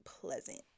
pleasant